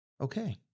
okay